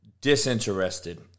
disinterested